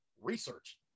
research